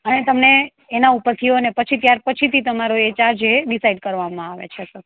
અને તમને એના ઉપરથીઓ અને પછી ત્યાર પછીથી તમારો એ ચાર્જ એ ડિસાઇડ કરવામાં આવે છે સર